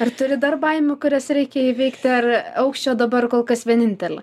ar turi dar baimių kurias reikia įveikti ar aukščio dabar kol kas vienintelė